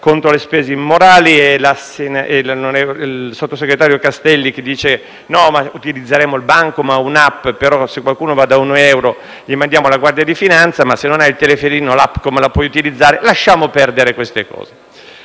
contro le spese immorali, e il sottosegretario Castelli, che dice che utilizzeremo il bancomat o una app; ma, se qualcuno va da Unieuro, gli mandiamo la Guardia di finanza. Ma, se non hai il telefonino, come puoi utilizzare la app? Lasciamo perdere queste cose.